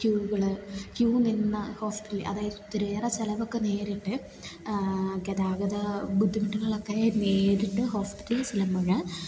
ക്യൂകൾ queue നിന്ന hospital അതായത് ഒത്തിരിയേറെ ചിലവൊക്കെ നേരിട്ട് ഗതാഗത ബുദ്ധിമുട്ടുകളൊക്കെ നേരിട്ട് ഹോസ്പിറ്റലിൽ ചെല്ലുമ്പോൾ